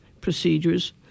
procedures